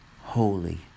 holy